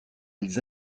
ils